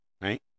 Right